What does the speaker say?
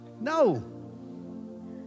No